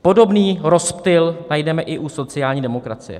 Podobný rozptyl najdeme i u sociální demokracie.